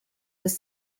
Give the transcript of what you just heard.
these